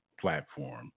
platform